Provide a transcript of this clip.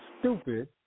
stupid